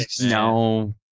no